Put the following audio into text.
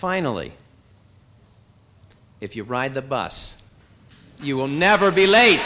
finally if you ride the bus you will never be late